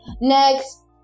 next